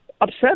upset